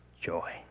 joy